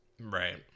Right